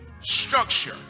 structure